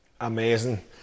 Amazing